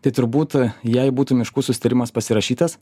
tai turbūt e jei būtų miškų susitarimas pasirašytas